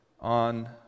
on